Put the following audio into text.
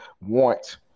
want